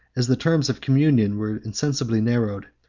as the terms of communion were insensibly narrowed,